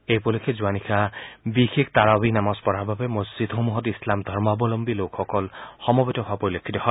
এই উপলক্ষে যোৱা নিশা বিশেষ তাৰাৱিহ নামাজ পঢ়াৰ বাবে মছজিদসমূহত ইছলাম ধৰ্মবলম্বী লোক সমবেত হোৱা পৰিলক্ষিত হয়